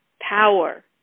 power